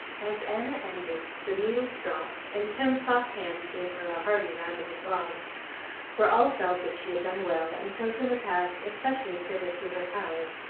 as anna ended, the needles dropped and ten soft hands gave her a hearty round of applause for all felt that she had done well, and chosen a task especially fitted to her powers,